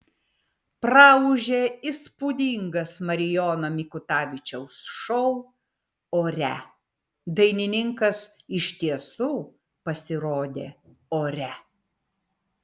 praūžė įspūdingas marijono mikutavičiaus šou ore dainininkas iš tiesų pasirodė ore